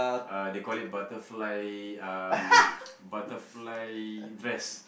uh they call it butterfly um butterfly dress